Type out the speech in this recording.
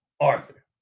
Arthur